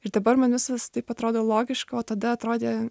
ir dabar viskas taip atrodo logiška o tada atrodė